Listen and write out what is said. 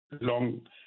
long